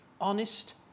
honest